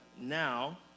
now